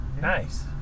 Nice